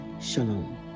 shalom